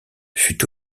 fut